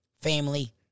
family